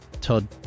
Todd